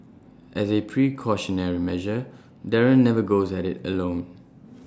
as A precautionary measure Darren never goes at IT alone